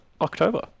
October